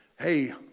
hey